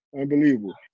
unbelievable